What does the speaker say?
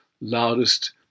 loudest